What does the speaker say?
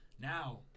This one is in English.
now